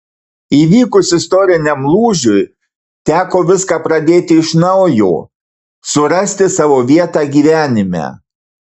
įvykus istoriniam lūžiui teko viską pradėti iš naujo surasti savo vietą gyvenime